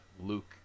Luke